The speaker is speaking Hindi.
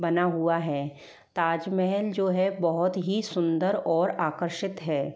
बना हुआ है ताजमहल जो है बहुत ही सुन्दर और आकर्षित है